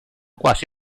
quasi